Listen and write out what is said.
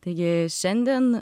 taigi šiandien